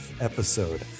episode